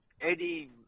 Eddie